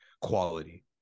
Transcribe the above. quality